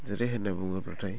जेरै होन्ना बुङोब्लाथाय